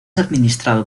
administrado